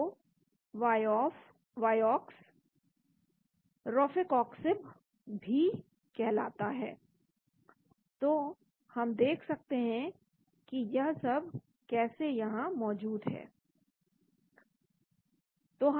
तो Vioxx rofecoxib भी कहलाता है तो हम देख सकते हैं की यह सब कैसे यहां मौजूद है